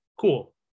cool